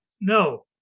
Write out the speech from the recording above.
No